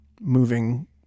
moving